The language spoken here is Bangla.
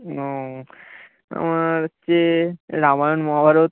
ও আমার যে রামায়ণ মহাভারত